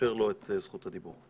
מאפשר לו את זכות הדיבור.